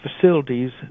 facilities